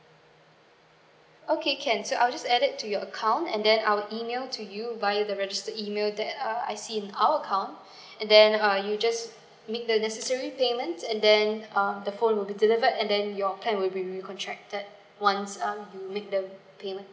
okay can so I'll just add it to your account and then I'll email to you via the registered email that uh I see in our account and then uh you just make the necessary payments and then um the phone will be delivered and then your plan with you re contracted once um you make the payment